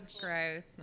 growth